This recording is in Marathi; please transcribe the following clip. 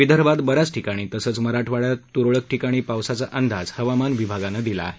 विदर्भात ब याच ठिकाणी तसंच मराठवाड्यात त्रळक ठिकाणी पावसाचा अंदाज हवामान विभागानं दिला आहे